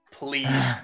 Please